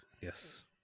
Yes